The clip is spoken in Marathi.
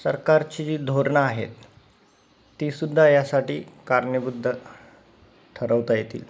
सरकारची जी धोरणं आहेत ती सुद्धा यासाठी कारणेबुद्ध ठरवता येतील